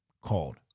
called